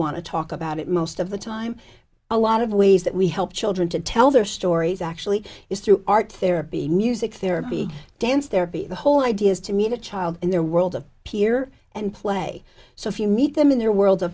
to talk about it most of the time a lot of ways that we help children to tell their stories actually is through art therapy music therapy dance their beat the whole idea is to meet a child in their world of peer and play so if you meet them in their world